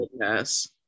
yes